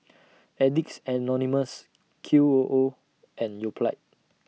Addicts Anonymous Q O O and Yoplait